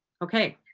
okay.